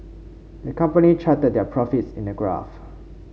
the company charted their profits in a graph